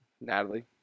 Natalie